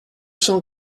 cent